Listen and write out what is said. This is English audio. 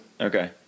Okay